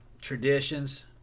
traditions